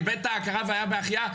איבד את ההכרה והיה בהחייאה,